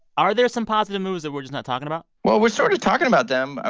are there some positive moves that we're just not talking about? well, we're sort of talking about them. ah